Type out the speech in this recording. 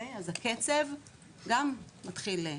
אז הקצב גם מתחיל לעלות.